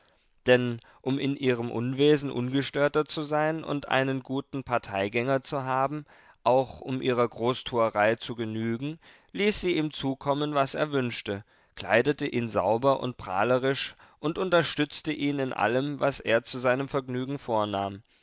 denn um in ihrem unwesen ungestörter zu sein und einen guten parteigänger zu haben auch um ihrer großtuerei zu genügen ließ sie ihm zukommen was er wünschte kleidete ihn sauber und prahlerisch und unterstützte ihn in allem was er zu seinem vergnügen vornahm